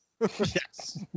Yes